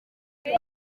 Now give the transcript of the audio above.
ibi